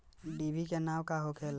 डिभी के नाव का होखेला?